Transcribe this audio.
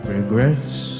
Regrets